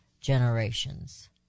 generations